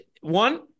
One